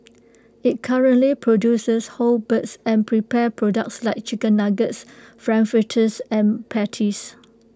IT currently produces whole birds and prepared products like chicken nuggets frankfurters and patties